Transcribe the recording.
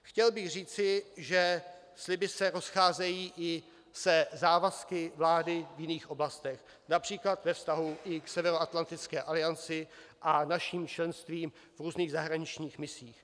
Chtěl bych říci, že sliby se rozcházejí i se závazky vlády v jiných oblastech, například ve vztahu i k Severoatlantické alianci a našim členstvím v různých zahraničních misích.